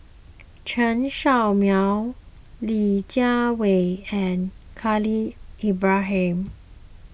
Chen Show Mao Li Jiawei and Khalil Ibrahim